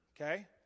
okay